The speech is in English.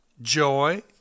Joy